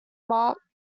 mark